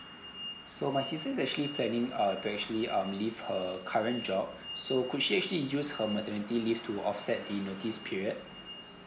so my sister is actually planning uh to actually um leave her current job so could she actually use her maternity leave to offset the notice period